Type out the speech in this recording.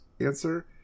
answer